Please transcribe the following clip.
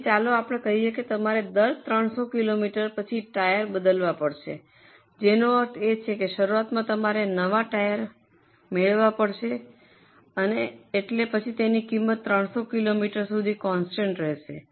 તેથી ચાલો આપણે કહીએ કે તમારે દર 300 કિલોમીટરસ પછી ટાયર બદલવા પડશે જેનો અર્થ છે કે શરૂઆતમાં તમારે નવા ટાયર મેળવવું પડશે અને પછી તમે પછી તેની કિંમત 300 કિલોમીટરસ સુધી કોન્સ્ટન્ટ રહેશે